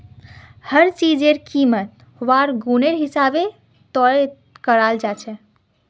हर चीजेर कीमत वहार गुनेर हिसाबे तय कराल जाछेक